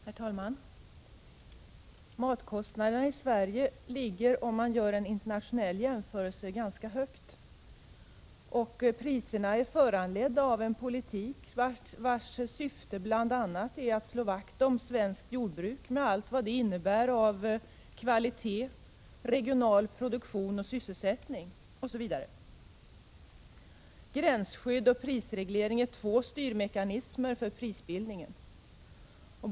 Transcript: Herr talman! Matkostnaderna i Sverige ligger internationellt sett ganska högt. Priserna är föranledda av en politik vars syfte bl.a. är att slå vakt om svenskt jordbruk med allt vad det innebär av kvalitet, regional produktion, sysselsättning osv. Gränsskydd och prisreglering är två styrmekanismer för prisbildningen.